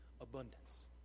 abundance